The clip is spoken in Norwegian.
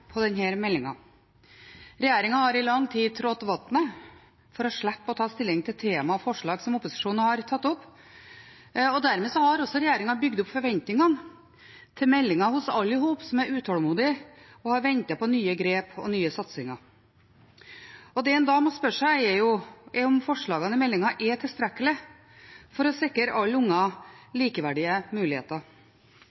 på denne meldingen. Regjeringen har i lang tid trådt vannet for å slippe å ta stilling til temaer og forslag som opposisjonen har tatt opp, og dermed har også regjeringen bygd opp forventningene til meldingen hos alle som er utålmodige og har ventet på nye grep og nye satsinger. Det en da må spørre seg, er om forslagene i meldingen er tilstrekkelig til å sikre alle